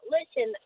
Listen